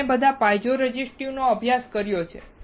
આપણે બધાએ પાઇઝો રેઝિસ્ટિવનો અભ્યાસ કર્યો છે